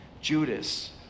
Judas